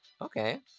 Okay